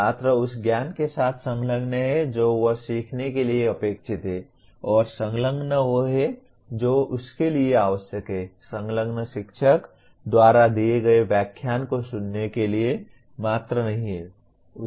छात्र उस ज्ञान के साथ संलग्न है जो वह सीखने के लिए अपेक्षित है और संलग्न वह है जो उसके लिए आवश्यक है संलग्न शिक्षक द्वारा दिए गए व्याख्यान को सुनने के लिए मात्र नहीं है